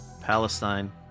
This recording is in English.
Palestine